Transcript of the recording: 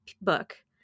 book